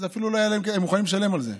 הם מוכנים לשלם על זה,